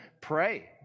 pray